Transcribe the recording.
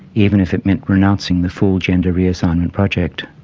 even if it meant renouncing the full gender reassignment project.